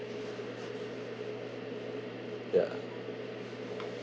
ya